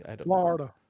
Florida